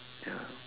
ya